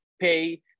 pay